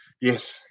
Yes